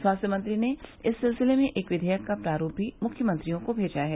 स्वास्थ्य मंत्री ने इस सिलसिले में एक विधेयक का प्रारूप भी मुख्यमंत्रियों को मेजा है